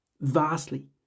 vastly